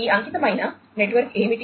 ఈ అంకితమైన నెట్వర్క్ ఏమిటి